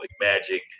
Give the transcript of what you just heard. magic